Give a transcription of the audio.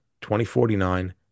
2049